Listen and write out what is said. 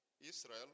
Israel